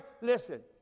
Listen